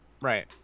Right